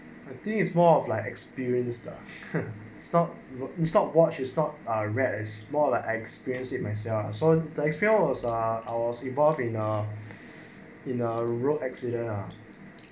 the thing is more of like experience lah it not start and stop watch is not our read is smaller experience it myself so thanks for yours are ours evolve in a in a real accident lah